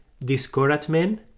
discouragement